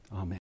Amen